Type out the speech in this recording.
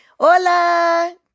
Hola